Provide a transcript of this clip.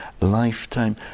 lifetime